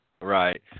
Right